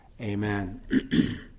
Amen